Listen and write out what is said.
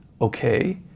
okay